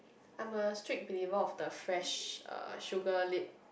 I am a strict believer of the fresh uh sugar lips